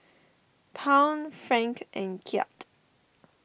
Pound Franc and Kyat